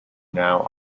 now